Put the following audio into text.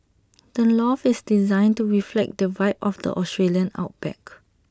the loft is designed to reflect the vibe of the Australian outback